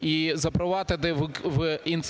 і запровадити